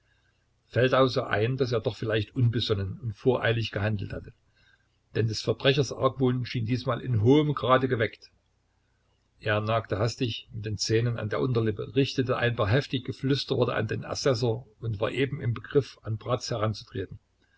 feldau sah ein daß er doch vielleicht unbesonnen und voreilig gehandelt hatte denn des verbrechers argwohn schien diesmal in hohem grade geweckt er nagte hastig mit den zähnen an der unterlippe richtete ein paar heftige flüsterworte an den assessor und war eben im begriff an bratz heranzutreten